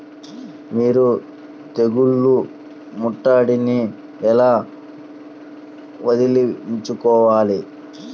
మీరు తెగులు ముట్టడిని ఎలా వదిలించుకోవాలి?